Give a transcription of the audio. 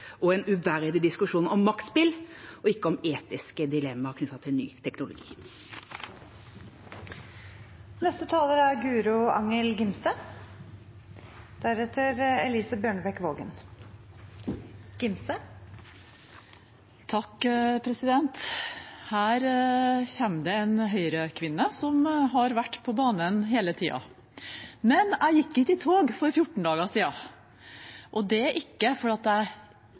og en uverdig diskusjon om maktspill, og ikke om etiske dilemmaer knyttet til ny teknologi. Her kommer det en Høyre-kvinne som har vært på banen hele tiden, men jeg gikk ikke i tog for 14 dager siden. Det er ikke fordi jeg ikke mener at abortloven § 2 c skal endres. Jeg